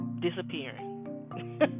disappearing